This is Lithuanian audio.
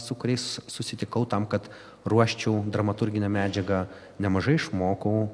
su kuriais susitikau tam kad ruoščiau dramaturginę medžiagą nemažai išmokau